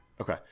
Okay